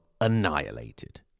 annihilated